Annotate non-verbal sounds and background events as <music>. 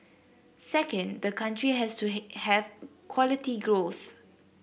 second the country has to <unintelligible> have quality growth